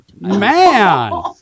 Man